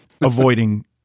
avoiding